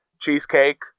cheesecake